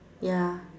ya